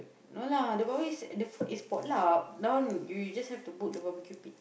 no lah the problem is the food is pot luck now you just have to book the barbeque pit